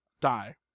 die